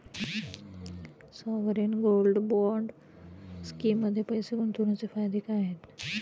Sovereign gold bond स्कीममध्ये पैसे गुंतवण्याचे फायदे काय आहेत?